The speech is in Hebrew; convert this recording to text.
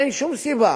אין שום סיבה